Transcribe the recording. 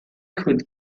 could